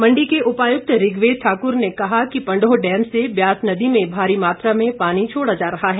मंडी के उपायुक्त ऋग्वेद ठकुर ने कहा कि पंडोह डैम से ब्यास नदी में भारी मात्रा में पानी छोड़ा जा रहा है